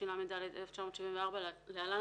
התשל"ד-1974 (להלן,